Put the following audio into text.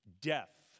Death